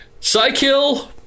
Psykill